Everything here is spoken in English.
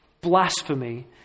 blasphemy